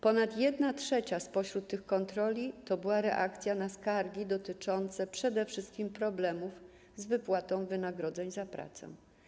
Ponad 1/3 spośród tych kontroli to była reakcja na skargi dotyczące przede wszystkim problemów z wypłatą wynagrodzeń za pracę.